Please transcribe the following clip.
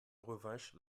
revanche